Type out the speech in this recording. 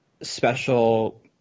special